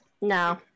No